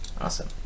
Awesome